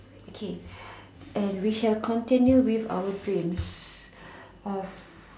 okay and we shall continue with our dreams of